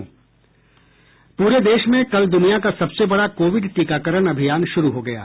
पूरे देश में कल दुनिया का सबसे बड़ा कोविड टीकाकरण अभियान शुरू हो गया है